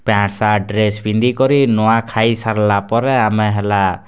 pant shirt dress ପିନ୍ଧିକରି ନୂଆ ଖାଇସାର୍ଲା ପରେ ଆମେ ହେଲା